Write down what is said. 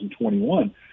2021